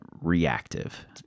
reactive